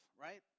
right